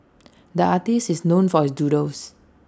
the artist is known for his doodles